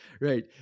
right